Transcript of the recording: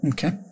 Okay